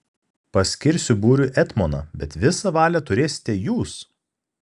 paskirsiu būriui etmoną bet visą valią turėsite jūs